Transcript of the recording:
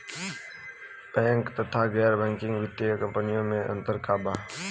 Bank तथा गैर banking वित्तीय कम्पनीयो मे अन्तर का बा?